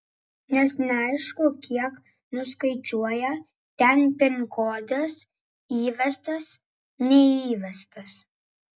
nes neaišku kiek nuskaičiuoja ten pin kodas įvestas neįvestas